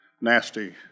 nasty